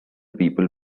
people